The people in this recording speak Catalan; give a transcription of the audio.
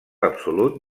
absolut